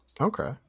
Okay